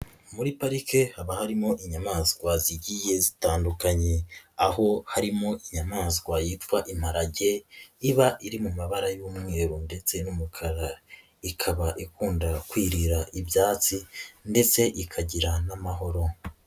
Muri parike haba harimo inyamaswa zigiye zitandukanye, aho harimo inyamaswa yitwa imparage, iba iri mu mabara y'umweru ndetse n'umukara, ikaba ikunda kwirira ibyatsi ndetse ikagira n'amahoro.